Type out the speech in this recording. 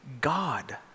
God